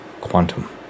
Quantum